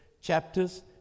chapters